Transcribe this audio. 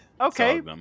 Okay